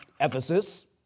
Ephesus